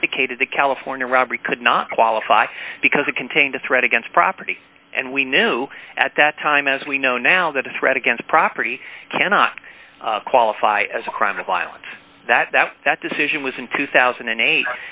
indicated the california robbery could not qualify because it contained a threat against property and we knew at that time as we know now that a threat against property cannot qualify as a crime of violence that that decision was in two thousand and eight